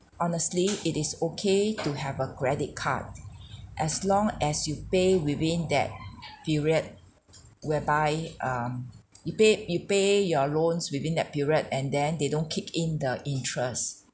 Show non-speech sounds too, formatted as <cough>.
honestly it is okay to have a credit card <breath> as long as you pay within that period whereby um you pay you pay your loans within that period and then they don't kick in the interest